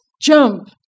Jump